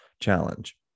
challenge